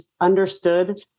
understood